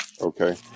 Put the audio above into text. Okay